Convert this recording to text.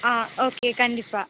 ஆ okay கண்டிப்பாக